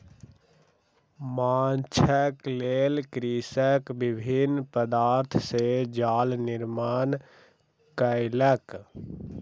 माँछक लेल कृषक विभिन्न पदार्थ सॅ जाल निर्माण कयलक